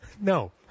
No